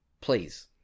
Please